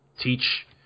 teach